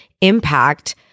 impact